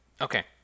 Okay